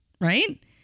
right